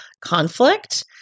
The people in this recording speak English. conflict